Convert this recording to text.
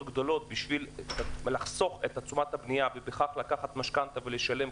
גדולות בשביל לחסוך את תשומת הבנייה ובכך לקחת משכנתא ולשלם,